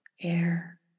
air